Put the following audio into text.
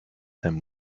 them